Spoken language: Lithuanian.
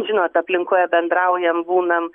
žinot aplinkoje bendraujam būnam